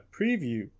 preview